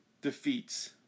defeats